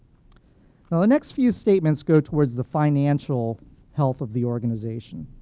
so next few statements go towards the financial health of the organization.